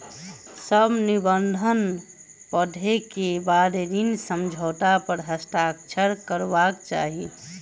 सभ निबंधन पढ़ै के बाद ऋण समझौता पर हस्ताक्षर करबाक चाही